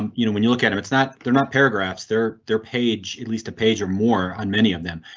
um you know when you look at him, it's not. they're not paragraphs, their their page, at least a page or more on many of them.